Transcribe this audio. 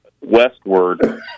westward